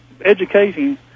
educating